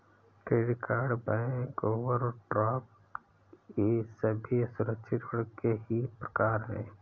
credit card bank overdraft ये सभी असुरक्षित ऋण के ही प्रकार है